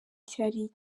cyari